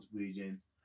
agents